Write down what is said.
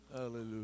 Hallelujah